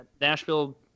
Nashville